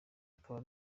akaba